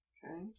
Okay